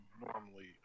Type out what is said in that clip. normally